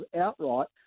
outright